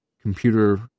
computer